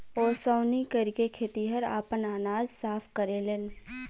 ओसौनी करके खेतिहर आपन अनाज साफ करेलेन